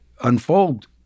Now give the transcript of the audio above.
unfold